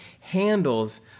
handles